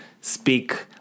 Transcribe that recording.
speak